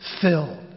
filled